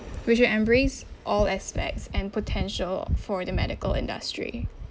we should embrace all aspects and potential for the medical industry